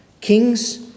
kings